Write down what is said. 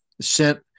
sent